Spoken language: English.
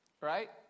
Right